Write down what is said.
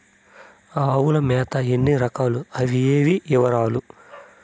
ఆవుల మేత ఎన్ని రకాలు? అవి ఏవి? వివరాలు?